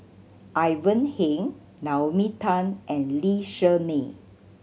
Ivan Heng Naomi Tan and Lee Shermay